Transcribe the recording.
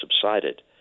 subsided